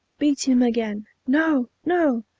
beat him again! no, no!